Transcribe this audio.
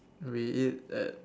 we eat at